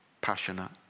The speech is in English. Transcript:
passionate